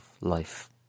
life